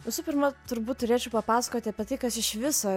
visų pirma turbūt turėčiau papasakoti apie tai kas iš viso